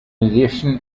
addition